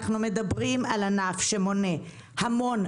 אנחנו מדברים על ענף שמונה המון,